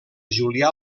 julià